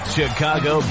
Chicago